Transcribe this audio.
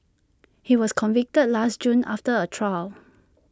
he was convicted last June after A trial